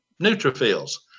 neutrophils